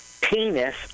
penis